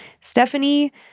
Stephanie